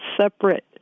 separate